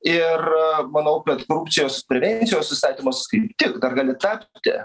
ir manau kad korupcijos prevencijos įstatymas kaip tik dar gali tapti